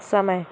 समय